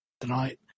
tonight